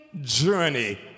journey